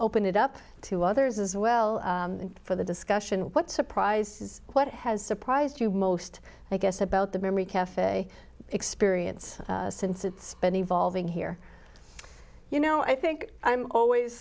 it up to others as well and for the discussion what surprise is what has surprised you most i guess about the memory cafe experience since it's been evolving here you know i think i'm always